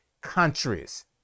countries